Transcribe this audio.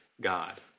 God